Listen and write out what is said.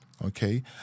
Okay